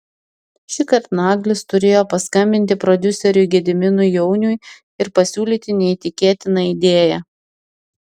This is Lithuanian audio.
šįkart naglis turėjo paskambinti prodiuseriui gediminui jauniui ir pasiūlyti neįtikėtiną idėją